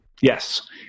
yes